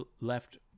left